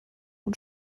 und